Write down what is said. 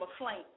aflame